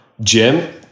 Jim